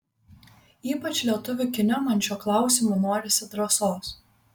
ypač lietuvių kine man šiuo klausimu norisi drąsos